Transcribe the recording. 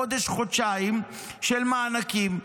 חודש-חודשיים של מענקים,